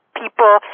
people